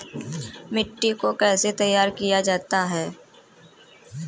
मिट्टी को कैसे तैयार किया जाता है?